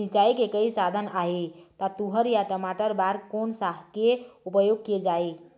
सिचाई के कई साधन आहे ता तुंहर या टमाटर बार कोन सा के उपयोग किए जाए?